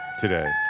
today